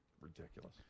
Ridiculous